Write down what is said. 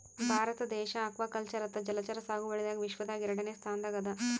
ಭಾರತ ದೇಶ್ ಅಕ್ವಾಕಲ್ಚರ್ ಅಥವಾ ಜಲಚರ ಸಾಗುವಳಿದಾಗ್ ವಿಶ್ವದಾಗೆ ಎರಡನೇ ಸ್ತಾನ್ದಾಗ್ ಅದಾ